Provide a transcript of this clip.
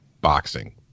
boxing